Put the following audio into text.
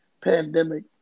pandemic